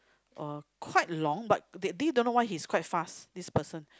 uh quite long but that day don't know why he's quite fast this person